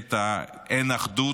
ממשלת האין-אחדות,